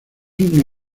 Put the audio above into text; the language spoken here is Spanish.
una